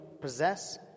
possess